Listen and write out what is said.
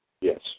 Yes